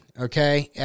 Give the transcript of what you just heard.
Okay